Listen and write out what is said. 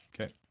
Okay